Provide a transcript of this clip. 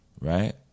right